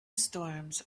storms